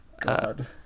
God